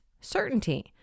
certainty